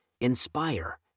inspire